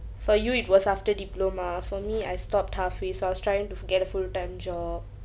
for you it was after diploma for me I stopped halfway so I was trying to to get a full time job